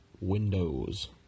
Windows